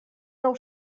nou